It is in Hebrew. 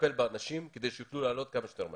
ולטפל באנשים כדי שיוכלו לעלות כמה שיותר מהר.